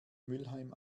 mülheim